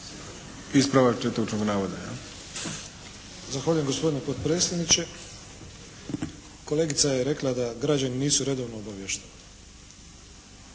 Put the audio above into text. Frano (HDZ)** Zahvaljujem gospodine potpredsjedniče. Kolegica je rekla da građani nisu redovno obavještavani.